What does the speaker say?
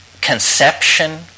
conception